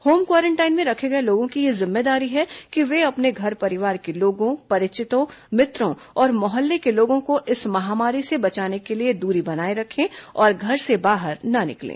home quarantine में रखे गए लोगों की यह जिम्मेदारी है कि वे अपने घर परिवार के लोगों परिचितों मित्रों और मोहल्ले के लोगों को इस महामारी से बचाने के लिए दूरी बनाए रखें और घर से बाहर न निकलें